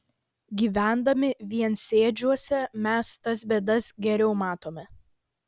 gyvendami viensėdžiuose mes tas bėdas geriau matome